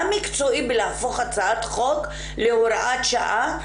מה מקצועי בלהפוך הצעת חוק להוראת שעה,